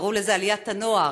קראו לזה עליית הנוער,